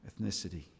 ethnicity